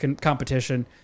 competition